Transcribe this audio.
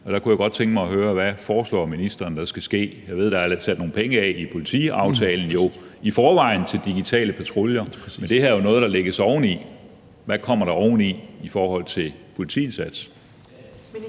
Jeg kunne godt tænke mig at høre, hvad ministeren foreslår der skal ske. Jeg ved, der i forvejen er sat lidt penge af i politiaftalen til digitale patruljer, men det her er jo noget, der lægges oveni. Hvad kommer oveni i forhold til politiindsats?